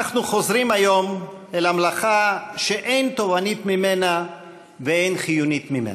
אנחנו חוזרים היום אל המלאכה שאין תובענית ממנה ואין חיונית ממנה.